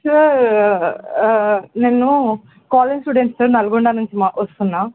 sir నేను college student sir Nalgonda నుంచి మా వస్తున్నాను